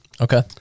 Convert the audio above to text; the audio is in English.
Okay